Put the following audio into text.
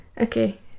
okay